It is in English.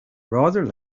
rather